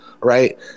right